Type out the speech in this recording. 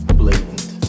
blatant